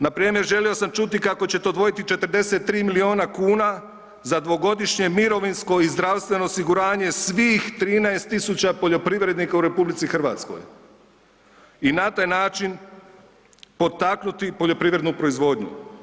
Npr. želi samo čuti kako ćete odvojiti 43 milina kuna za dvogodišnje mirovinsko i zdravstveno osiguranje svih 13.000 poljoprivrednika u RH i na taj način potaknuti poljoprivrednu proizvodnju.